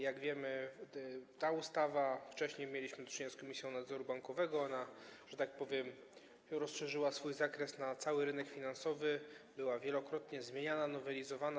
Jak wiemy, ta ustawa - wcześniej mieliśmy do czynienia z Komisją Nadzoru Bankowego, ona, że tak powiem, rozszerzyła swój zakres na cały rynek finansowy - była wielokrotnie zmieniana, nowelizowana.